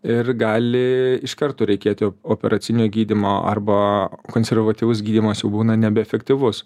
ir gali iš karto reikėti operacinio gydymo arba konservatyvus gydymas jau būna nebeefektyvus